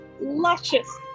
luscious